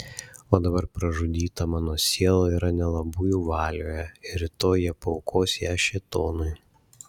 o dabar pražudyta mano siela yra nelabųjų valioje ir rytoj jie paaukos ją šėtonui